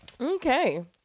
Okay